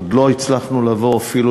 עוד לא הצלחנו לעבור אפילו,